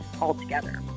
altogether